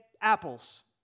apples